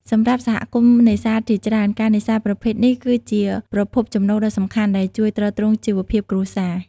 សម្រាប់សហគមន៍នេសាទជាច្រើន ការនេសាទប្រភេទនេះគឺជា ប្រភពចំណូលដ៏សំខាន់ ដែលជួយទ្រទ្រង់ជីវភាពគ្រួសារ។